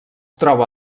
troba